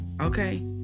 Okay